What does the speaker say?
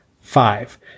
Five